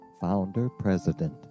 founder-president